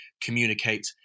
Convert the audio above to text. communicate